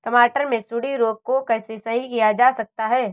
टमाटर से सुंडी रोग को कैसे सही किया जा सकता है?